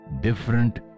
different